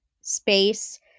space